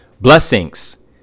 Blessings